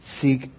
seek